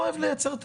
נכון.